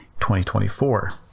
2024